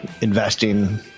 investing